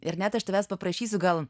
ir net aš tavęs paprašysiu gal